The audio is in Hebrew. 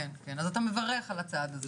אז אתה מברך על הצעד הזה.